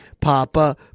Papa